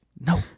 No